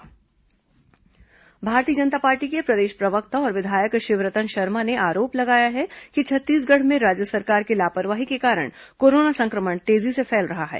भाजपा आरोप भारतीय जनता पार्टी के प्रदेश प्रवक्ता और विधायक शिवरतन शर्मा ने आरोप लगाया है कि छत्तीसगढ़ में राज्य सरकार की लापरवाही के कारण कोरोना संक्रमण तेजी से फैल रहा है